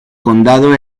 condado